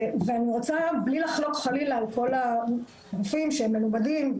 אני רוצה בלי לחלוק חלילה על כל הרופאים שהם מלומדים,